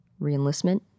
reenlistment